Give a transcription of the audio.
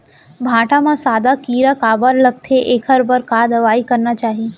भांटा म सादा कीरा काबर लगथे एखर बर का दवई करना चाही?